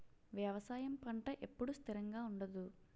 వ్యవసాయం పంట ఎప్పుడు స్థిరంగా ఉండదు